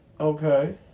Okay